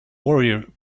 warrior